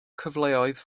cyfleoedd